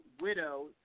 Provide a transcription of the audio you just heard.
Widow